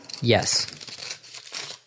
Yes